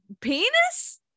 Penis